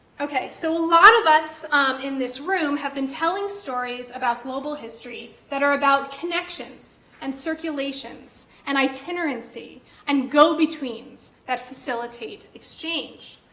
okay so a lot of us in this room have been telling stories about global history that are about connections and circulations and itinerancy and go-betweens that facilitate exchange.